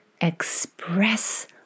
express